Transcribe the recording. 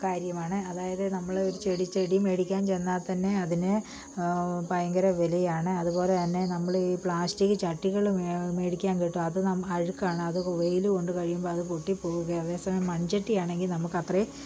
കാര്യമാണ് അതായത് നമ്മളെ ഒരു ചെടി ചെടി മേടിക്കാൻ ചെന്നാൽത്തന്നെ അതിന് ഭയങ്കര വിലയാണ് അതുപോലെ തന്നെ നമ്മൾ ഈ പ്ലാസ്റ്റിക്ക് ചട്ടികളും മേടിക്കാൻ കിട്ടും അത് അഴുക്കാണ് അതു വെയിൽ കൊണ്ട് കഴിയുമ്പോൾ അതു പൊട്ടി പോവുകയും അതേസമയം മൺചട്ടി ആണെങ്കിൽ നമുക്കത്രയും